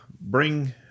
bring